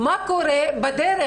מה קורה בדרך?